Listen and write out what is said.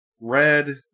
Red